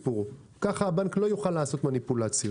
כך הבנק לא יוכל לעשות מניפולציות.